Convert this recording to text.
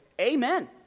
amen